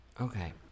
Okay